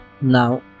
Now